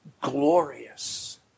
glorious